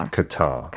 Qatar